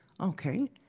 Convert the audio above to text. okay